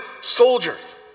soldiers